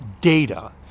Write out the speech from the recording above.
data